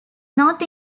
not